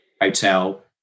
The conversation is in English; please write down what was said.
hotel